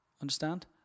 Understand